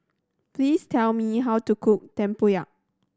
please tell me how to cook tempoyak